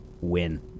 win